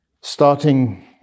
starting